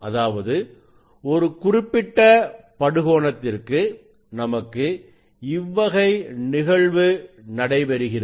அதாவது ஒரு குறிப்பிட்ட படு கோணத்திற்கு நமக்கு இவ்வகை நிகழ்வு நடைபெறுகிறது